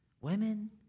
women